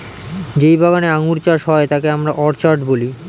যেই বাগানে আঙ্গুর চাষ হয় তাকে আমরা অর্চার্ড বলি